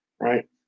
right